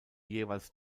jeweils